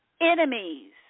enemies